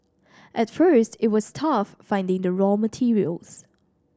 at first it was tough finding the raw materials